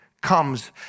comes